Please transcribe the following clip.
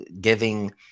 giving